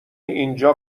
اینجا